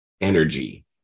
energy